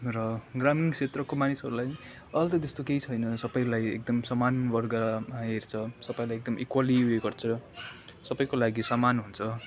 र ग्रामीण क्षेत्रको मानिसहरूलाई अहिले त त्यस्तो केही छैन सबैलाई एकदम समान वर्ग हेर्छ सबैलाई एकदम इक्वेल्ली उयो गर्छ सबैको लागि समान हुन्छ